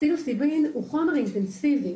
פסילוציבין הוא חומר אינטנסיבי,